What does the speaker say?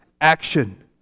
action